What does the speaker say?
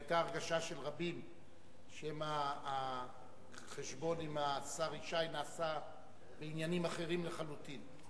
היתה הרגשה של רבים שהחשבון עם השר ישי נעשה בעניינים אחרים לחלוטין.